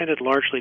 largely